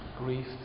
Grief